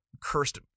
cursed